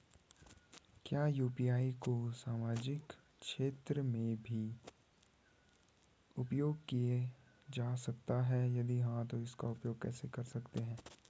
क्या यु.पी.आई को सामाजिक क्षेत्र में भी उपयोग किया जा सकता है यदि हाँ तो इसका उपयोग कैसे कर सकते हैं?